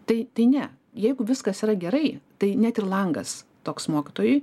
tai tai ne jeigu viskas yra gerai tai net ir langas toks mokytojui